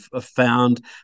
found